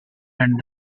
and